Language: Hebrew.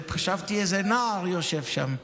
חשבתי שאיזה נער יושב שם.